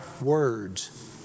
words